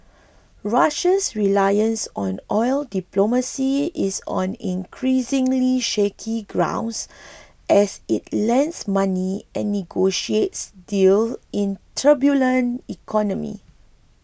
Russia's reliance on oil diplomacy is on increasingly shaky grounds as it lends money and negotiates deal in turbulent economy